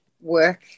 work